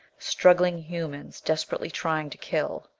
struggling humans, desperately trying to kill!